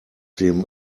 dem